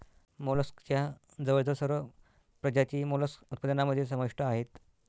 मोलस्कच्या जवळजवळ सर्व प्रजाती मोलस्क उत्पादनामध्ये समाविष्ट आहेत